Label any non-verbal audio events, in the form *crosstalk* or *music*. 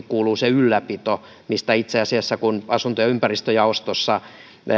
*unintelligible* kuuluu se ylläpito ja itse asiassa kun asunto ja ympäristöjaostossa